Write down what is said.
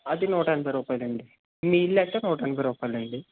అది నూట ఎనభై రూపాయలండి మీల్ అయితే నూట ఎనభై రూపాయలండి